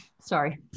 Sorry